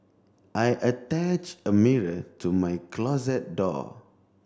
I attach a mirror to my closet door